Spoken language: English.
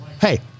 Hey